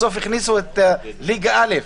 בסוף הכניסו את ליגה א'.